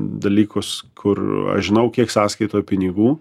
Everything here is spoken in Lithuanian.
dalykus kur aš žinau kiek sąskaitoje pinigų